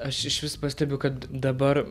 aš išvis pastebiu kad dabar